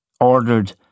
ordered